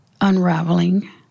unraveling